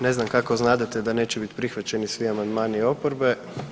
Ne znam kako znadete da neće biti prihvaćeni svi amandmani oporbe.